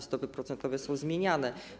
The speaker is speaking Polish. Stopy procentowe są zmieniane.